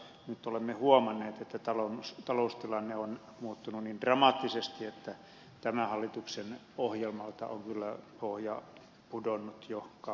nyt olemme huomanneet että taloustilanne on muuttunut niin dramaattisesti että tämän hallituksen ohjelmalta on kyllä pohja pudonnut jo kauan sitten